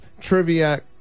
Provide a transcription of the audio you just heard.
trivia